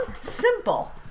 Simple